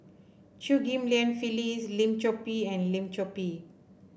Chew Ghim Lian Phyllis Lim Chor Pee and Lim Chor Pee